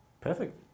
Perfect